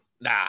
Nah